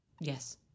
yes